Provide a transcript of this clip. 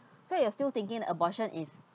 so you're still thinking the abortion is